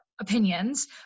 opinions